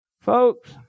Folks